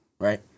right